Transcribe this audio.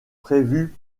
prévues